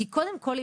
קודם כל,